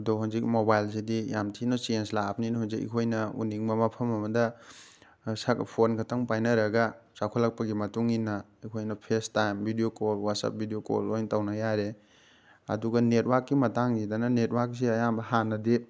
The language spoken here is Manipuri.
ꯑꯗꯣ ꯍꯧꯖꯤꯛ ꯃꯣꯕꯥꯏꯜꯁꯤꯗꯤ ꯌꯥꯝ ꯊꯤꯅ ꯆꯦꯟꯖ ꯂꯥꯛꯑꯕꯅꯤꯅ ꯍꯧꯖꯤꯛ ꯑꯩꯈꯣꯏꯅ ꯎꯅꯤꯡꯕ ꯃꯐꯝ ꯑꯃꯗ ꯁꯛ ꯐꯣꯟ ꯈꯛꯇꯪ ꯄꯥꯏꯅꯔꯒ ꯆꯥꯎꯈꯠꯂꯛꯄꯒꯤ ꯃꯇꯨꯡꯏꯟꯅ ꯑꯩꯈꯣꯏꯅ FaceTime video call WhatsApp video call ꯂꯣꯏꯅ ꯇꯧꯅ ꯌꯥꯔꯦ ꯑꯗꯨꯒ ꯅꯦꯠꯋꯥꯛꯀꯤ ꯃꯇꯥꯡꯁꯤꯗꯅ ꯅꯦꯠꯋꯥꯛꯁꯦ ꯑꯌꯥꯝꯕ ꯍꯥꯟꯅꯗꯤ